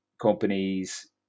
companies